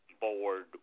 board